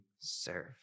serve